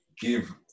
give